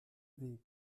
weg